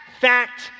fact